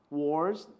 wars